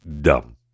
dumb